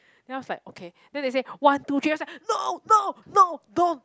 then I was like okay then they say one two three I was like no no no don't